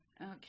Okay